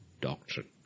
doctrine